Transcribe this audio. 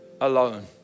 alone